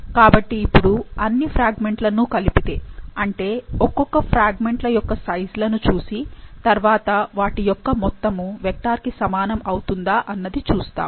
కాబట్టి ఇపుడు అన్ని ఫ్రాగ్మెంట్ లను కలిపితే అంటే ఒక్కొక్క ఫ్రాగ్మెంట్ ల యొక్క సైజ్ లను చూసి తర్వాత వాటి యొక్క మొత్తము వెక్టార్ కి సమానము అవుతుందా అన్నది చూస్తాము